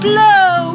Blow